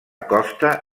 costa